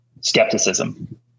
skepticism